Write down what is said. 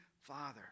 father